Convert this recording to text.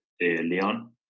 Leon